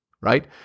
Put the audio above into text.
right